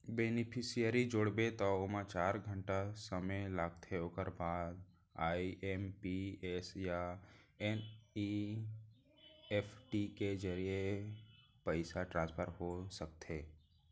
beneficiary जोड़बे त ओमा चार घंटा समे लागथे ओकर बाद आइ.एम.पी.एस या एन.इ.एफ.टी के जरिए पइसा ट्रांसफर हो सकथे